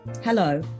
Hello